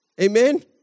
Amen